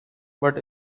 but